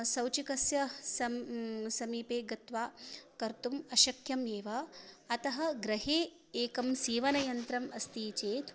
शौचिकस्य सं समीपे गत्वा कर्तुम् अशक्यम् एव अतः गृहे एकं सीवनं यन्त्रम् अस्ति चेत्